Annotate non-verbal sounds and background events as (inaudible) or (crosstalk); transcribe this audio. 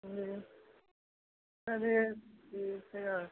अरे अरे (unintelligible)